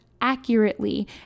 accurately